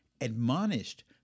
admonished